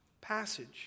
passage